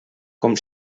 com